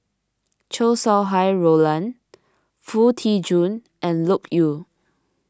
Chow Sau Hai Roland Foo Tee Jun and Loke Yew